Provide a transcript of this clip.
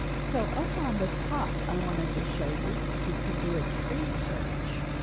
so up on the top. i wanted to show you, you can do a tree search